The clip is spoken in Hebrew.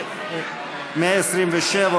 129